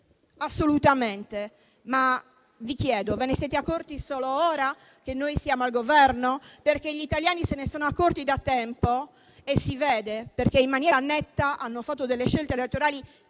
assolutamente, ma vi chiedo: ve ne siete accorti solo ora che noi siamo al Governo? Perché gli italiani se ne sono accorti da tempo e si vede, perché in maniera netta hanno fatto scelte elettorali